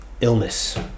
illness